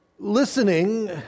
Listening